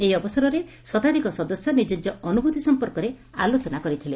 ଏହି ଅବସରରେ ଶତାଧିକ ସଦସ୍ୟ ନିଜ ନିଜ ଅନୁଭ୍ରତି ସଂପର୍କରେ ଆଲୋଚନା କରିଥିଲେ